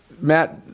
Matt